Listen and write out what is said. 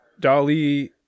DALI